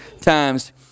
times